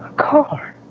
car!